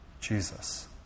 Jesus